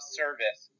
service